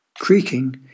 Creaking